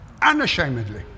unashamedly